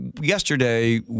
yesterday